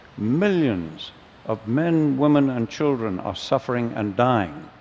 millions of men, women and children are suffering and dying.